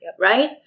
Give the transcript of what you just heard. right